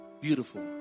Beautiful